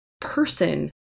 person